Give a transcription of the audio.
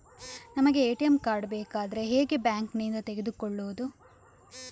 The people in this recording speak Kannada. ನಮಗೆ ಎ.ಟಿ.ಎಂ ಕಾರ್ಡ್ ಬೇಕಾದ್ರೆ ಹೇಗೆ ಬ್ಯಾಂಕ್ ನಿಂದ ತೆಗೆದುಕೊಳ್ಳುವುದು?